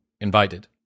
invited